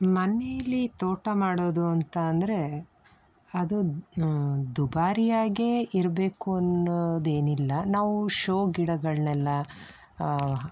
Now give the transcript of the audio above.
ಮನೇಲಿ ತೋಟ ಮಾಡೋದು ಅಂತ ಅಂದರೆ ಅದು ದುಬಾರಿಯಾಗಿಯೇ ಇರಬೇಕು ಅನ್ನೋದೇನಿಲ್ಲ ನಾವು ಶೋ ಗಿಡಗಳನ್ನೆಲ್ಲ